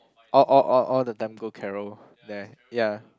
all all all all the time go Carol there ya